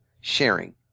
sharing